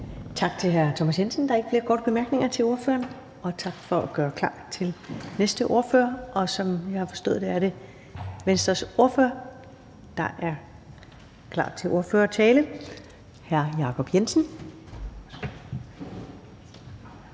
Tak til hr. Thomas Jensen. Der er ikke flere korte bemærkninger til ordføreren. Tak for at gøre klar til den næste ordfører. Som jeg har forstået det, er det Venstres ordfører, der er klar til en ordførertale, og det er hr. Jacob Jensen.